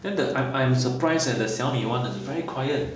then the I'm I'm surprised eh the Xiaomi [one] uh very quiet